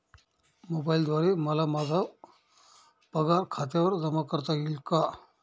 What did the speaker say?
मोबाईलद्वारे मला माझा पगार खात्यावर जमा करता येईल का?